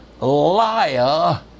liar